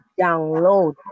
download